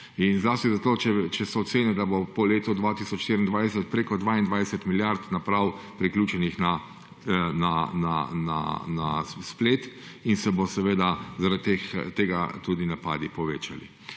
zato, če se oceni, da bo po letu 2024 preko 22 milijard naprav priključenih na splet in se bodo seveda zaradi tega napadi povečali.